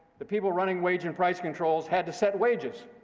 the people running wage and price controls had to set wages.